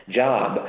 job